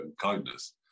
kindness